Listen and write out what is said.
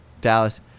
Dallas